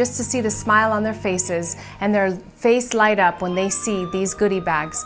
just to see the smile on their faces and their faces light up when they see these goody bags